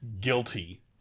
guilty